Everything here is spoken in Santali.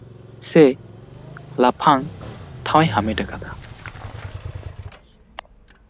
ᱥᱮ ᱞᱟᱯᱷᱟᱝ ᱴᱷᱟᱣ ᱮ ᱦᱟᱢᱮᱴ ᱠᱟᱫᱟ